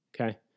Okay